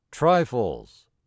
Trifles